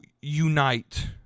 unite